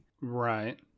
Right